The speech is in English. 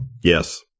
Yes